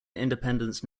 independence